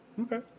Okay